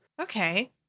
Okay